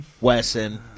Wesson